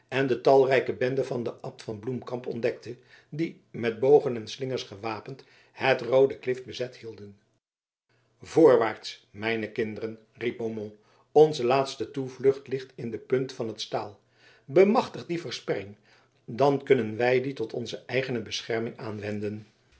en de talrijke bende van den abt van bloemkamp ontdekten die met bogen en slingers gewapend het roode klif bezet hielden voorwaarts mijne kinderen riep beaumont onze laatste toevlucht ligt in de punt van t staal bemachtigt die versperring dan kunnen wij die tot onze eigene bescherming aanwenden